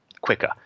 quicker